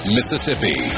Mississippi